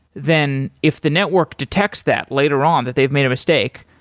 then if the network detects that later on that they've made a mistake,